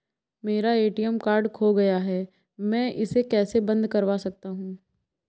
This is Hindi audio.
मेरा ए.टी.एम कार्ड खो गया है मैं इसे कैसे बंद करवा सकता हूँ?